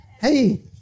Hey